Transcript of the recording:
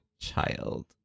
child